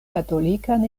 katolikan